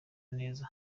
neza